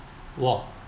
!wah!